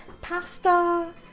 pasta